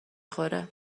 خوره